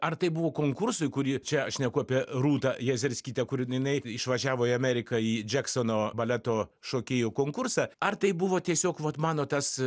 ar tai buvo konkursui kurį čia aš šneku apie rūtą jezerskytę kuri jinai išvažiavo į ameriką į džeksono baleto šokėjų konkursą ar tai buvo tiesiog vat mano tas